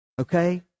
Okay